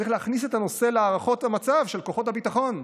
צריך להכניס את הנושא להערכות המצב של כוחות הביטחון,